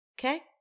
okay